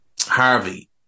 Harvey